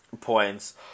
points